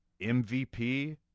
MVP